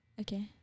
Okay